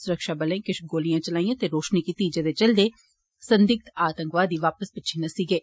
सुरक्षा बलें किश गोलिश्सं चलाइयां ते रोशनी कीती जेह्दे चलदे संदिग्ध आतंकवादी वापस पिच्छे नस्सी गे